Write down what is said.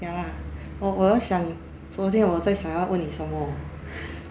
ya lah 我我要想昨天我在想要问你什么